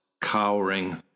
cowering